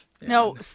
no